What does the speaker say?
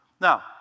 Now